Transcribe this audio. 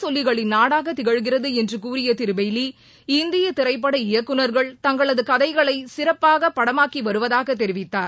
சொல்லிகளின் India கதை கூறிய Thiru Bailey இந்திய திரைப்பட இயக்குநர்கள் தங்களது கதைகளை சிறப்பான படமாக்கி வருவதாக தெரிவித்தார்